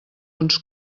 uns